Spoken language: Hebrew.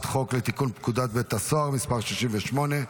חוק לתיקון פקודת בתי הסוהר (מס' 68),